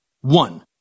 One